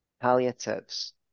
palliatives